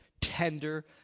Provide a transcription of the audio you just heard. tender